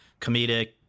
comedic